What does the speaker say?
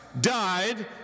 died